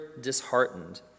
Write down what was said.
disheartened